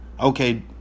okay